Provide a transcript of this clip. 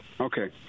Okay